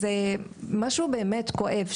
זה משהו שהוא באמת כואב,